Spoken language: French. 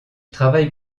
travaille